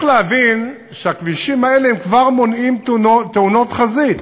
אז צריך להבין שהכבישים האלה כבר מונעים תאונות חזית.